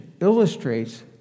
illustrates